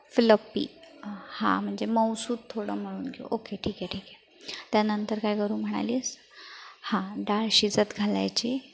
floppy हा म्हणजे मऊसूत थोडं मळून घेऊ ओके ठीक आहे ठीक आहे त्यानंतर काय करू म्हणालीस हा डाळ शिजत घालायची